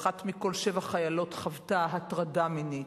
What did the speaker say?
ואחת מכל שבע חיילות חוותה הטרדה מינית,